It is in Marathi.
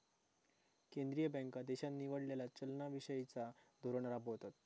केंद्रीय बँका देशान निवडलेला चलना विषयिचा धोरण राबवतत